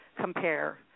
compare